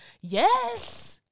Yes